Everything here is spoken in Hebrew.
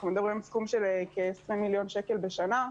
אנחנו מדברים על סכום של כ-20 מיליון שקל בשנה.